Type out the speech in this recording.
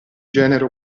genere